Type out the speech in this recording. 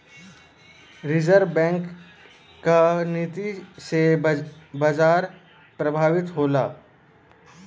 reserve Bank क नीति से बाजार प्रभावित होला